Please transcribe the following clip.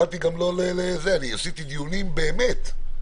עשיתי דיונים באמת,